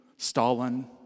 Stalin